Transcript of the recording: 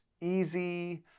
easy